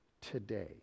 today